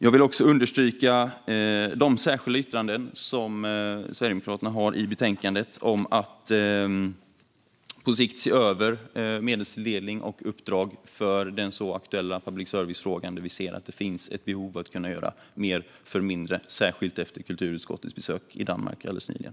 Jag vill också understryka de särskilda yttranden som Sverigedemokraterna har i betänkandet om att på sikt se över medelstilldelning och uppdrag för det så aktuella public service. Där ser vi att det finns ett behov av att kunna göra mer för mindre, särskilt efter kulturutskottets besök i Danmark nyligen.